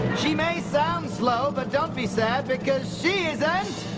she may sound slow, but don't be sad because she's um